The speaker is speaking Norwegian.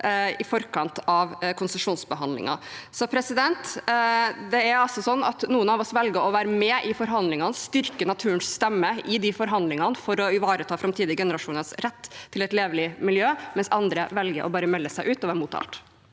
i forkant av konsesjonsbehandlingen. Noen av oss velger å være med i forhandlingene og styrke naturens stemme i de forhandlingene, for å ivareta framtidige generasjoners rett til et levelig miljø, mens andre velger å bare melde seg ut og være mot alt.